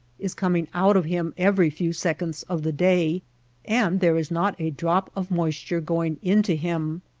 is coming out of him every few sec onds of the day and there is not a drop of moisture going into him.